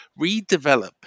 redevelop